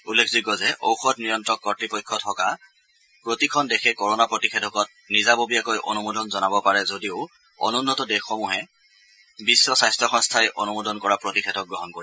উল্লেখযোগ্য যে ঔষধ নিয়ন্ত্ৰক কৰ্ত্তপক্ষ থকা প্ৰতিখন দেশে কোৰোণা প্ৰতিষেধকত নিজাববীয়াকৈ অনুমোদন জনাব পাৰে যদিও অনুন্নত দেশসমূহে বিশ্ব স্বাস্থ্য সংস্থাই অনুমোদন কৰা প্ৰতিযেধক গ্ৰহণ কৰিব